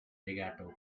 legato